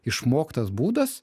išmoktas būdas